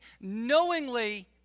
knowingly